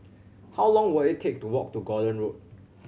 how long will it take to walk to Gordon Road